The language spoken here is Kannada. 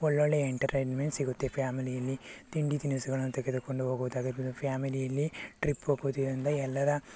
ಒಳ್ಳೊಳ್ಳೆ ಎಂಟರ್ಟೈನ್ಮೆಂಟ್ಸ್ ಸಿಗುತ್ತೆ ಫ್ಯಾಮಿಲಿಯಲ್ಲಿ ತಿಂಡಿ ತಿನಿಸುಗಳನ್ನು ತೆಗೆದುಕೊಂಡು ಹೋಗೋದಾಗಿರ್ಬೋದು ಫ್ಯಾಮಿಲಿಯಲ್ಲಿ ಎಲ್ಲರ